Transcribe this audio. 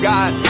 God